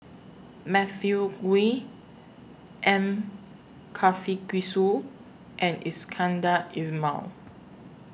Matthew Ngui M Karthigesu and Iskandar Ismail